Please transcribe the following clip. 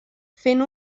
fent